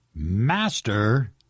Master